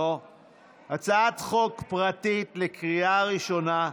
הצעת חוק פרטית לקריאה ראשונה,